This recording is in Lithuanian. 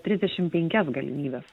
trisdešimt penkias galimybes